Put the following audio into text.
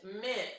mint